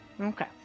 Okay